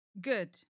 Good